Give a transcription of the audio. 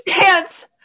Dance